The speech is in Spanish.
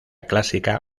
clásica